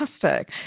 fantastic